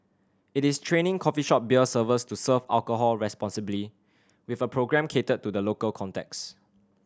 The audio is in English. it is training coffee shop beer servers to serve alcohol responsibly with a programme catered to the local context